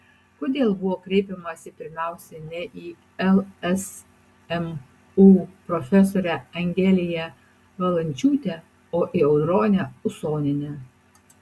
kodėl buvo kreipiamasi pirmiausia ne į lsmu profesorę angeliją valančiūtę o į audronę usonienę